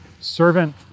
servant